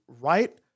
right